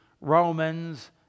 Romans